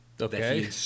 Okay